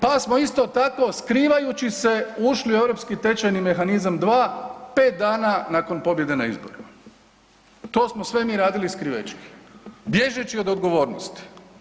Pa smo isto tako skrivajući se ušli u Europski tečajni mehanizam 2 pet dana nakon pobjede na izborima, to smo sve mi radili skrivećki bježeći od odgovornosti.